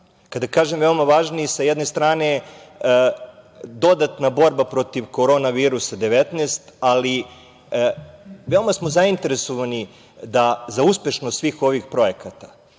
Kada kažem „veoma važni“, sa jedne strane dodatna borba protiv korona virusa-19, ali veoma smo zainteresovani da za uspešnost svih ovih projekata,